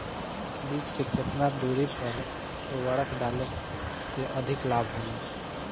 बीज के केतना दूरी पर उर्वरक डाले से अधिक लाभ होला?